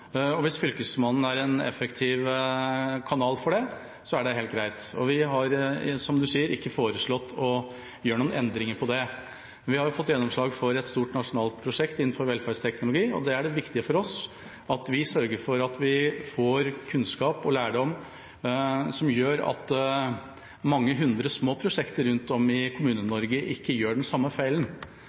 kommunene. Hvis Fylkesmannen er en effektiv kanal for det, er det helt greit. Vi har, som representanten sier, ikke foreslått å gjøre noen endringer på det. Vi har fått gjennomslag for et stort nasjonalt prosjekt innenfor velferdsteknologi. Da er det viktig for oss at vi sørger for at vi får kunnskap og lærdom som gjør at mange hundre små prosjekter rundt om i Kommune-Norge ikke gjør den samme feilen.